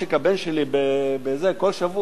למושיק הבן שלי כל שבוע,